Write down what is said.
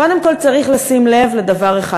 קודם כול, צריך לשים לב לדבר אחד.